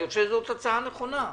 אני חושב שזו הצעה נכונה.